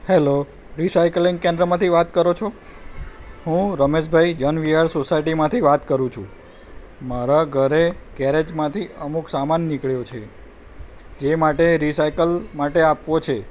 hello રી cycling કેન્દ્રમાંથી વાત કરો છો હું રમેશભાઈ જનવિહાર સોસાયટીમાંથી વાત કરું છું મારા ઘરે ગેરેજમાંથી અમુક સામાન નીકળ્યો છે જે માટે રિસાયકલ માટે આપવો છે